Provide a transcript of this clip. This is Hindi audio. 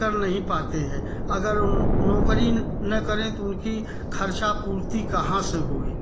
कर नहीं पाते हैं अगर नौकरी न करे तो उनकी खर्चा पूर्ति कहाँ से होए